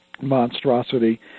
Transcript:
monstrosity